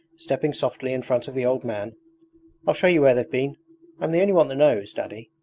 stepping softly in front of the old man i'll show you where they've been i'm the only one that knows. daddy